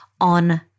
on